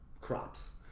crops